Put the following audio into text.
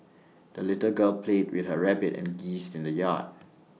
the little girl played with her rabbit and geese in the yard